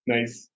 Nice